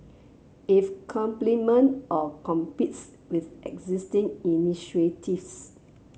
if complement or competes with existing initiatives